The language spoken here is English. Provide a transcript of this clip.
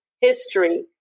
history